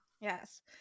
Yes